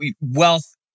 wealth